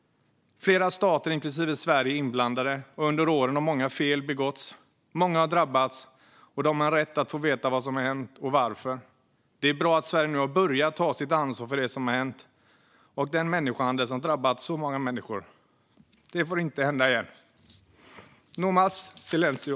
Flera stater, inklusive Sverige, är inblandade, och under åren har många fel begåtts. Många har drabbats, och de har rätt att få veta vad som har hänt och varför. Det är bra att Sverige nu har börjat ta sitt ansvar för det som har hänt och den människohandel som har drabbat så många människor. Det får inte hända igen. No más silencio!